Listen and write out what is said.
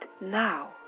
now